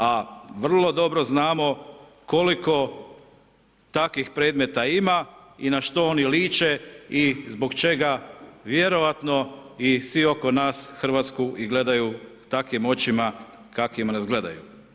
A vrlo dobro znamo koliko takvih predmeta ima i na što oni liče i zbog čega vjerojatno i svi oko nas Hrvatsku i gledaju takvim očima kakvima nas gledaju.